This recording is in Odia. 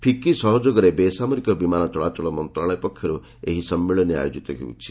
ଫିକି ସହଯୋଗରେ ବେସାମରିକ ବିମାନ ଚଳାଚଳ ମନ୍ତ୍ରଣାଳୟ ପକ୍ଷରୁ ଏହି ସମ୍ମିଳନୀ ଆୟୋଜିତ ହେଉଛି